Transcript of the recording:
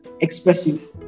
expressive